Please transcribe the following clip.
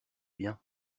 bien